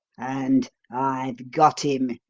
and i've got him.